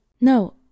No